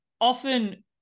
often